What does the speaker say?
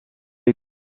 est